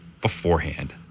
beforehand